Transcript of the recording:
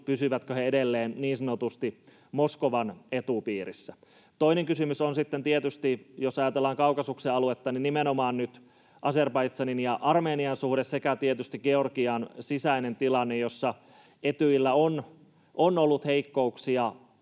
pysyvätkö he edelleen niin sanotusti Moskovan etupiirissä. Toinen kysymys on sitten tietysti, jos ajatellaan Kaukasuksen aluetta, nimenomaan nyt Azerbaidžanin ja Armenian suhde sekä tietysti Georgian sisäinen tilanne, jossa Etyjillä on ollut heikkouksia